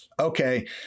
Okay